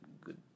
good